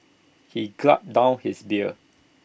he gulped down his beer